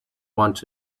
want